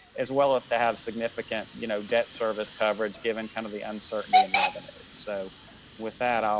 as well as to have significant, you know, debt, service coverage given kind of the uncertainty in revenue. so with that, um